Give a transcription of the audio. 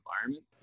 environment